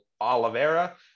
Oliveira